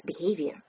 behavior